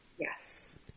Yes